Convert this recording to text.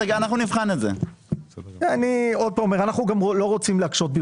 אנחנו נבחן את זה.